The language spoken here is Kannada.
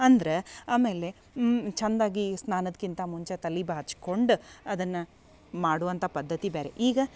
ಅಂದ್ರ ಆಮೇಲೆ ಚಂದಗಿ ಸ್ನಾನದ್ಕಿಂತ ಮುಂಚೆ ತಲೆ ಬಾಚ್ಕೊಂಡು ಅದನ್ನ ಮಾಡುವಂಥಾ ಪದ್ಧತಿ ಬ್ಯಾರೆ ಈಗ